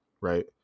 right